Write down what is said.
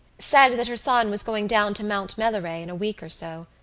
said that her son was going down to mount melleray in a week or so.